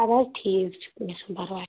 اد حظ ٹھیٖک چُھ کینٛہہ چُھنہٕ پرواے